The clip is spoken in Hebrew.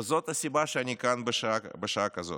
וזאת הסיבה שאני כאן בשעה כזאת.